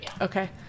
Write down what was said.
Okay